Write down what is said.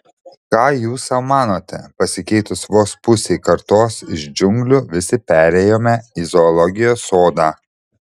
ką jūs sau manote pasikeitus vos pusei kartos iš džiunglių visi perėjome į zoologijos sodą